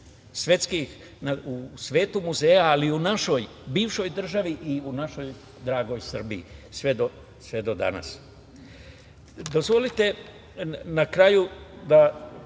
u svetu muzeja, ali i u našoj bivšoj državi i u našoj dragoj Srbiji, sve do danas. Dozvolite na kraju da